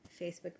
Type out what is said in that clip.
Facebook